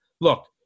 Look